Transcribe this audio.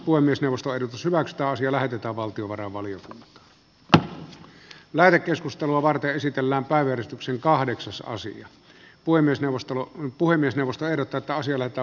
voi myös jostain syvältä asia lähetetään valtiovarainvaliokunta määräkeskustelua varten esitellään päivystyksen kahdeksasosia voi myös jalostamo on puhemiesneuvosto erotetaan sille että